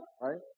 right